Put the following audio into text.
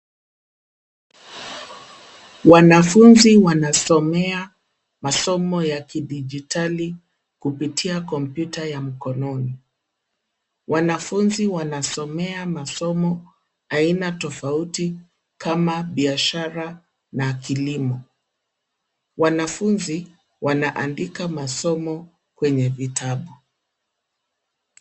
Wanafunzi wanasomea masomo ya kidijitali kupitia kompyuta ya mkononi. Wanafunzi wanasomea masomo aina tofauti kama biashara na kilimo. Wanafunzi wanaandika masomo kwenye vitabu.